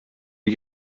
die